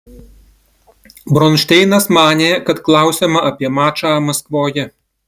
bronšteinas manė kad klausiama apie mačą maskvoje